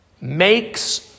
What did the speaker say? makes